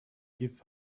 give